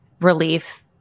relief